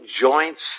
joints